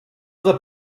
other